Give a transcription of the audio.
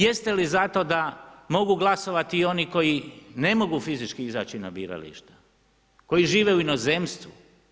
Jeste li zato da mogu glasovati i oni koji ne mogu fizički izaći na birališta, koji žive u inozemstvu.